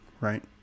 right